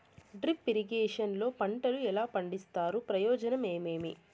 Drip irrigation లో పంటలు ఎలా పండిస్తారు ప్రయోజనం ఏమేమి?